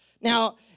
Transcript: Now